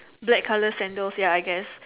black colour sandals ya I guess